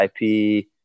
IP